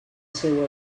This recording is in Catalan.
seua